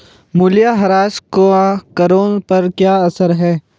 मूल्यह्रास का करों पर क्या असर है?